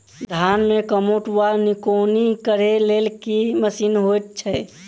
धान मे कमोट वा निकौनी करै लेल केँ मशीन होइ छै?